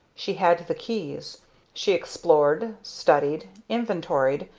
she had the keys she explored, studied, inventoried,